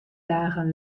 dagen